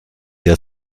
der